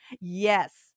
yes